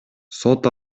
сот